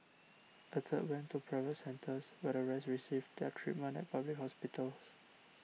a third went to private centres while the rest received their treatment at public hospitals